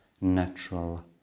natural